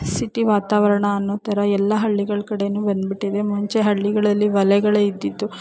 city ವಾತಾವರಣ ಅನ್ನೋ ಥರ ಎಲ್ಲ ಹಳ್ಳಿಗಳ ಕಡೆಯೂ ಬಂದುಬಿಟ್ಟಿದೆ ಮುಂಚೆ ಹಳ್ಳಿಗಳಲ್ಲಿ ಒಲೆಗಳೇ ಇದ್ದಿದ್ದು